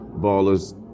Ballers